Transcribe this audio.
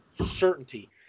certainty